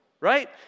right